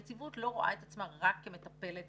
הנציבות לא רואה את עצמה רק כמטפלת